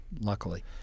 Luckily